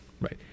Right